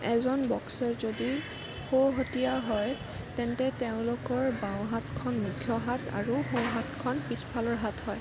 এজন বক্সাৰ যদি সোঁহতীয়া হয় তেন্তে তেওঁলোকৰ বাওঁহাতখন মুখ্য হাত আৰু সোঁহাতখন পিছফালৰ হাত হয়